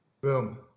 Boom